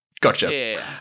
Gotcha